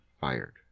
fired